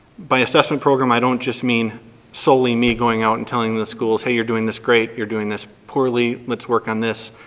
by assessment program i don't just mean solely me going out and telling the schools, hey, you're doing this great. you're doing this poorly. let's work on this.